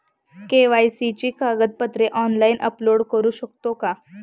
KYC ची कागदपत्रे online upload करू शकतो का?